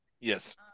Yes